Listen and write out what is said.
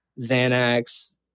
Xanax